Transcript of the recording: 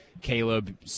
Caleb